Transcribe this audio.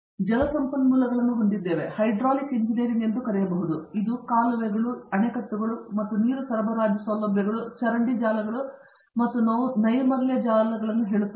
ನಾವು ಜಲ ಸಂಪನ್ಮೂಲಗಳನ್ನು ಹೊಂದಿದ್ದೇವೆ ಅಥವಾ ಹೈಡ್ರಾಲಿಕ್ ಇಂಜಿನಿಯರಿಂಗ್ ಎಂದೂ ಕರೆಯಬಹುದು ಇದು ಕಾಲುವೆಗಳು ಅಣೆಕಟ್ಟುಗಳು ಮತ್ತು ನೀರು ಸರಬರಾಜು ಸೌಲಭ್ಯಗಳು ಮತ್ತು ಚರಂಡಿ ಜಾಲಗಳು ಮತ್ತು ನೈರ್ಮಲ್ಯ ಜಾಲಗಳನ್ನು ಹೇಳುತ್ತದೆ